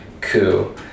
coup